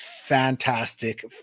fantastic